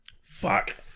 Fuck